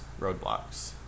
roadblocks